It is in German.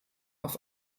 auf